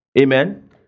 Amen